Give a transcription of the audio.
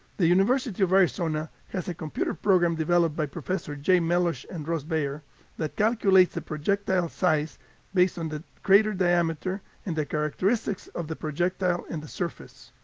the university of arizona has a computer program developed by professor jay melosh and ross beyer that calculates the projectile size based on the crater diameter and the characteristics of the projectile and the surface.